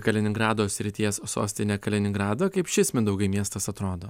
kaliningrado srities sostinę kaliningradą kaip šis mindaugai miestas atrodo